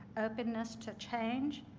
openness to change,